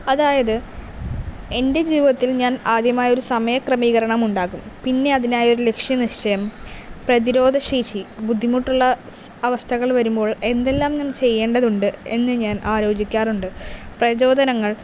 അതായത് എൻ്റെ ജീവിതത്തിൽ ഞാൻ ആദ്യമായൊരു സമയക്രമീകരണം ഉണ്ടാകും പിന്നെ അതിനായൊരു ലക്ഷ്യം നിശ്ചയം പ്രതിരോധശേഷി ബുദ്ധിമുട്ടുള്ള അവസ്ഥകൾ വരുമ്പോൾ എന്തെല്ലാം ഞാൻ ചെയ്യേണ്ടതുണ്ട് എന്ന് ഞാൻ ആലോചിക്കാറുണ്ട് പ്രചോദനങ്ങൾ